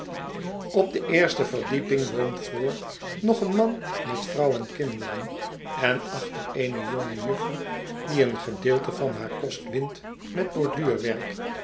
op de eerste verdieping woont voor nog een man met vrouw en kinderen en achter eene jonge juffer die een gedeelte van haar kost wint met borduurwerk en